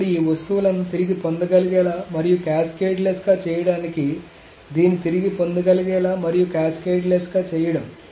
ఇప్పుడు ఈ వస్తువులను తిరిగి పొందగలిగేలా మరియు క్యాస్కేడ్లెస్గా చేయడానికి దీనిని తిరిగి పొందగలిగేలా మరియు క్యాస్కేడ్లెస్గా చేయడం